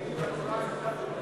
רבותי,